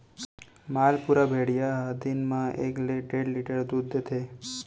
मालपुरा भेड़िया ह दिन म एकले डेढ़ लीटर दूद देथे